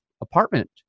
apartment